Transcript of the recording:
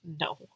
No